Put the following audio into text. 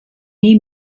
nie